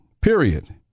period